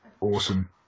awesome